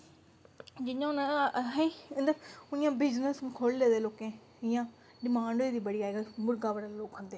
जि'यां हून असें इ'यां बिजनस खोह्ली ले दे लोकें इ'यां डिमांड होई दी बड़ी अजकल्ल मुर्गा बड़े लोक खंदे